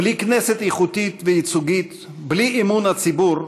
בלי כנסת איכותית וייצוגית ובלי אמון הציבור,